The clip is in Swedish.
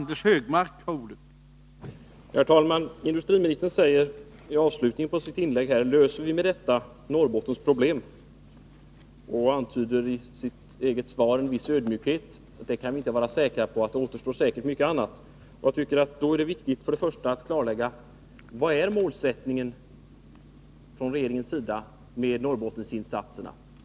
Herr talman! Industriministern frågade i avslutningen av sitt inlägg: Löser vi med detta Norrbottens problem? Han antydde i sitt eget svar en viss ödmjukhet — det kan vi inte vara säkra på; det återstår säkert mycket annat. Det är då först och främst viktigt att klarlägga: Vad är målsättningen från regeringens sida med Norrbottensinsatserna?